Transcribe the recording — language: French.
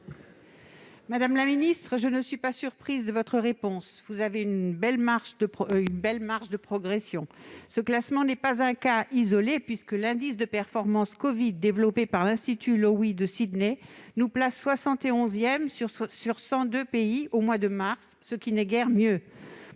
Madame la ministre, je ne suis pas surprise de votre réponse. Vous avez pourtant une belle marge de progression. Ce classement n'est pas un cas isolé, puisque l'indice de performance covid développé par l'Institut Lowy de Sydney nous classe 71 sur 102 pays au mois de mars, ce qui n'est guère mieux